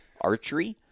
archery